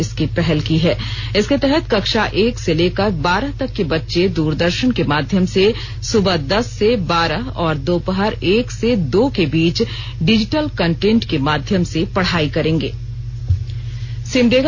इसके तहत कक्षा एक से लेकर बारह तक के बच्चे द्रदर्शन के माध्यम से सुबह दस से बारह और दोपहर एक से दो के बीच डिजिटल कटेंट के माध्यम से पढ़ाई करेंगे